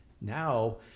Now